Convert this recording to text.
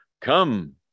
come